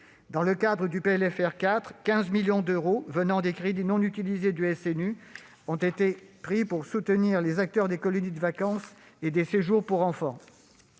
Dans le cadre du PLFR 4, 15 millions d'euros venant des crédits non utilisés du SNU ont permis de soutenir les acteurs des colonies de vacances et des séjours pour enfants.